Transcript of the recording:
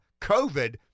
COVID